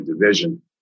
division